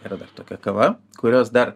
yra dar tokia kava kurios dar